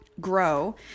grow